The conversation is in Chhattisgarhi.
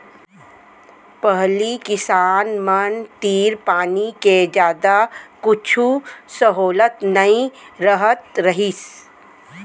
पहिली किसान मन तीर पानी के जादा कुछु सहोलत नइ रहत रहिस